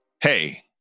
hey